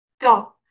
go